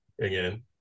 again